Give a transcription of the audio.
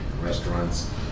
restaurants